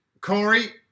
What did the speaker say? Corey